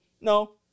No